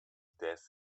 death